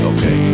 Okay